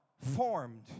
formed